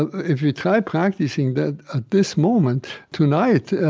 if you try practicing that at this moment, tonight,